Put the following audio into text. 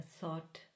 thought